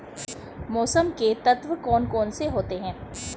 मौसम के तत्व कौन कौन से होते हैं?